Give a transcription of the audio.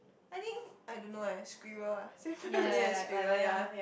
I think I don't know eh squirrel ah definitely a squirrel ya